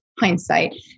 hindsight